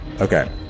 Okay